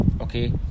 okay